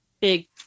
big